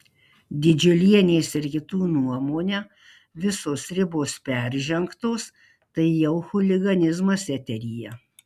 didžiulienės ir kitų nuomone visos ribos peržengtos tai jau chuliganizmas eteryje